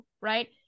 right